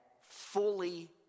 fully